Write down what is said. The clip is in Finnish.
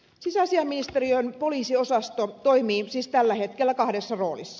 sisäasiainministeriön poliisiosasto toimii siis tällä hetkellä kahdessa roolissa